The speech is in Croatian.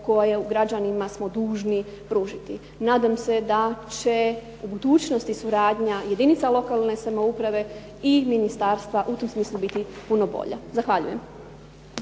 koje građanima smo dužni pružiti. Nadam se da će u budućnosti suradnje jedinica lokalne samouprave i ministarstva u tom smislu biti puno bolja. Zahvaljujem.